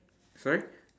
sorry